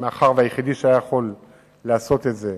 מאחר שהיחיד שהיה יכול לעשות את זה,